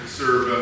serve